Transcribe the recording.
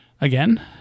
again